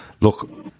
look